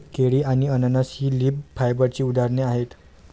केळी आणि अननस ही लीफ फायबरची उदाहरणे आहेत